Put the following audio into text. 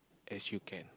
as you can